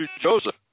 Joseph